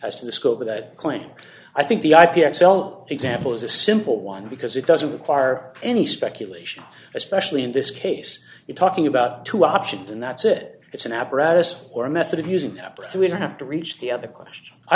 as to the scope of that claim and i think the ip xcel example is a simple one because it doesn't require any speculation especially in this case you're talking about two options and that's it it's an apparatus or a method of using the app so we don't have to reach the other question i